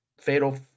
fatal